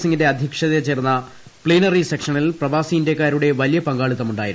സിങിന്റെ അധ്യക്ഷതയിൽ ചേർന്ന പ്ലീനറി സെക്ഷനിൽ പ്രവാസി ഇന്ത്യക്കാരുടെ വലിയ പങ്കാളിത്തമുണ്ടായിരുന്നു